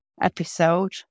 episode